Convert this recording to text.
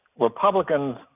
Republicans